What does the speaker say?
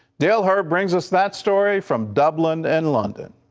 dale herbert brings us that story from dublin and london.